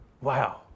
Wow